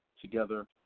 together